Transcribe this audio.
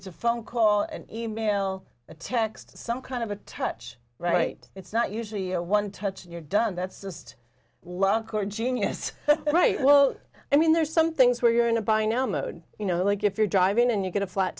it's a phone call an email a text some kind of a touch right it's not usually a one touch and you're done that's just luck or genius right well i mean there's some things where you're in a by now mode you know like if you're driving and you get a flat